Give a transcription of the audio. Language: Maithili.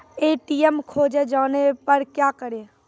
ए.टी.एम खोजे जाने पर क्या करें?